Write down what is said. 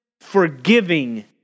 forgiving